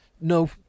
No